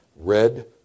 Red